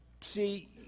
See